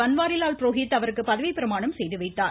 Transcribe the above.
பன்வாரி லால் புரோஹித் அவருக்கு பதவி பிரமாணம் செய்து வைத்தார்